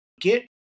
get